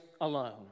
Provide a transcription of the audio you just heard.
alone